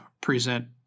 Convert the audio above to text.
present